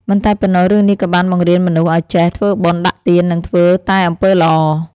មិនតែប៉ុណ្ណោះរឿងនេះក៏បានបង្រៀនមនុស្សឲ្យចេះ ធ្វើបុណ្យដាក់ទាន និងធ្វើតែអំពើល្អ។